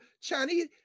Chinese